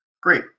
Great